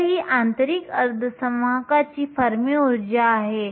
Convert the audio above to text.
तर ही आंतरिक अर्धसंवाहकाची फर्मी ऊर्जा आहे